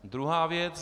Druhá věc.